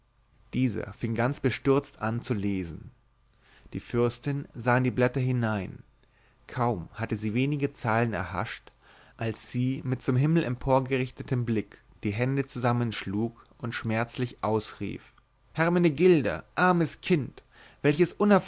dieser fing ganz bestürzt an zu lesen die fürstin sah in die blätter hinein kaum hatte sie wenige zeilen erhascht als sie mit zum himmel emporgerichtetem blick die hände zusammenschlug und schmerzlich ausrief hermenegilda armes kind welches